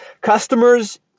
Customers